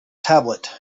tablet